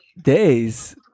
Days